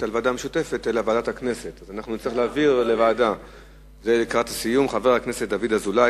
אדוני סגן השר, להוביל רוח חדשה,